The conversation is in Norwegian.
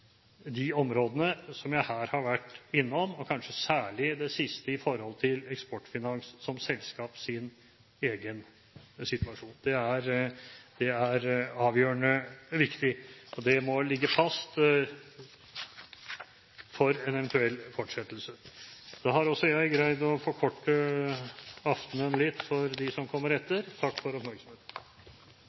de områdene som jeg her har vært innom, og kanskje særlig det siste, om situasjonen for Eksportfinans som selskap. Det er avgjørende viktig. Det må ligge fast for en eventuell fortsettelse. Da har også jeg greid å forkorte aftenen litt for dem som kommer etter.